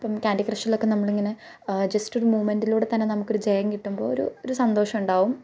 ഇപ്പം ക്യാൻഡി ക്രഷിലൊക്കെ നമ്മൾ ഇങ്ങനെ ജസ്റ്റ് ഒരു മൊമെൻ്റീലൂടെ തന്നെ നമുക്ക് ഒരു ജയം കിട്ടുമ്പോൾ ഒരു ഒരു സന്തോഷം ഉണ്ടാകും